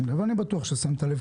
אבל אני בטוח ששמת לב.